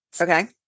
Okay